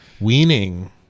Weaning